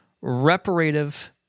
reparative